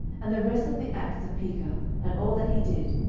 and the rest of the acts of pekah, and all that he did,